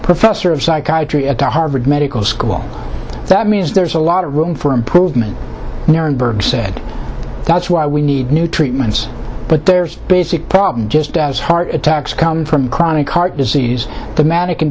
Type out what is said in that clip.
professor of psychiatry at harvard medical school that means there's a lot of room for improvement there and burke said that's why we need new treatments but there's a basic problem just as heart attacks come from chronic heart disease the manic and